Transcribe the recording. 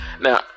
Now